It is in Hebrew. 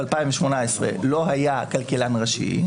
2018 כלכלן ראשי,